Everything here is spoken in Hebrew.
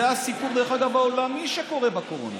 דרך אגב, זה הסיפור העולמי שקורה בקורונה.